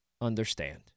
understand